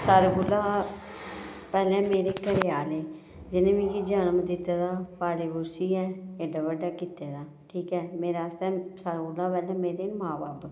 सारे कोला पैह्ले मेरे घरै आह्ले जिनें मिगी जनम दित्ते दा पाली पोसियै एड्डा बड्डा कीते दा ठीक ऐ मेरे आस्तै सारे कोला सारे कोला पैह्ले मेरे मां बब्ब